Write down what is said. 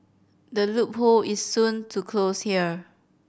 the loophole is soon to close here